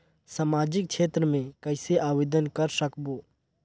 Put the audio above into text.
समाजिक क्षेत्र मे कइसे आवेदन कर सकबो?